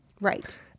Right